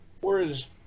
Whereas